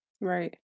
Right